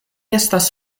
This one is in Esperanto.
estas